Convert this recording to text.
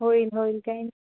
होईल होईल काही